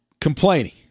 complaining